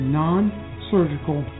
non-surgical